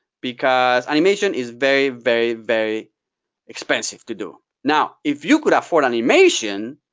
because animation is very, very, very expensive to do. now, if you could afford animation,